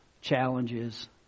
challenges